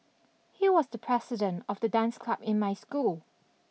he was the president of the dance club in my school